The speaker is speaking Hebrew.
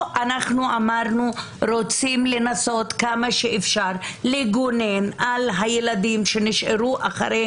אמרנו שרוצים לנסות כמה שאפשר לגונן על הילדים שנשארו אחרי